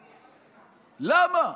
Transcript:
למה?